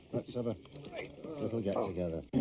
let's have a little get-together.